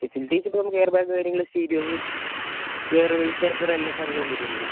facilities ഇപ്പോൾ നമുക്ക് air bag കാര്യങ്ങൾ സ്റ്റീരിയോസ് വേർവേഴ്സ് എല്ലാ കാര്യങ്ങളും വരുമല്ലോ സാർ